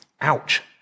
Ouch